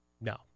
No